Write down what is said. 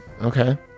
okay